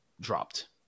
dropped